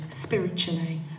spiritually